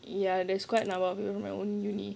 ya there's quite a number of people from my own university